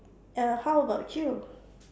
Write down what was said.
err how about you